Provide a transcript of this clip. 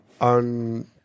on